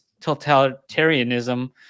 totalitarianism